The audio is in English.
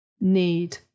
need